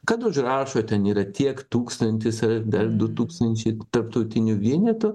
kad užrašo ten yra tiek tūkstantis ar dar du tūkstančiai tarptautinių vienetų